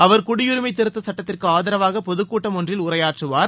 அவர் குடியுரிமை திருத்தச் சுட்டத்திற்கு ஆதரவாக பொதுக்கூட்டம் ஒன்றில் உரையாற்றுவார்